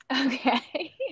Okay